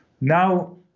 Now